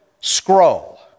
scroll